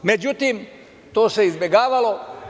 Međutim, to se izbegavalo.